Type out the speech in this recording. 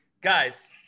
Guys